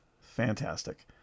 Fantastic